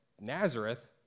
nazareth